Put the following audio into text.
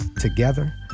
Together